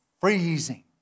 freezing